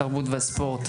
התרבות והספורט.